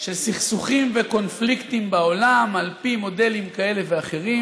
של סכסוכים וקונפליקטים בעולם על פי מודלים כאלה ואחרים,